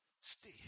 Stay